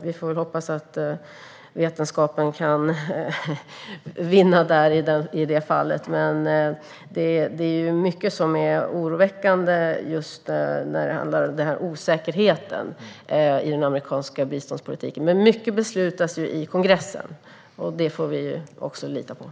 Vi får väl hoppas att vetenskapen kan vinna i det fallet. Det är mycket som är oroväckande med osäkerheten i den amerikanska biståndspolitiken. Men mycket beslutas i kongressen. Det får vi också lita på.